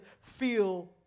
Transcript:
feel